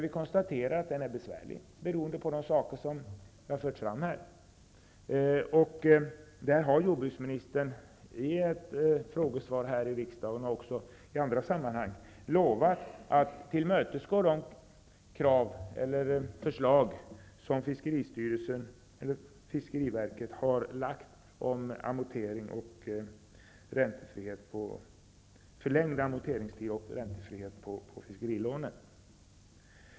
Vi konstaterar att den är besvärlig och att det beror på de faktorer som har förts fram i debatten. Jordbruksministern har i ett frågesvar i riksdagen och i andra sammanhang lovat att tillmötesgå de förslag som fiskeriverket har lagt fram om förlängd amorteringstid och räntefrihet på fiskerilånen.